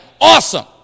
Awesome